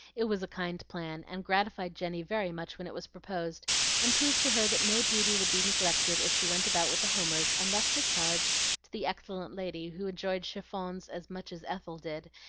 it was a kind plan, and gratified jenny very much when it was proposed and proved to her that no duty would be neglected if she went about with the homers and left her charge to the excellent lady who enjoyed chiffons as much as ethel did,